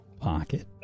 Pocket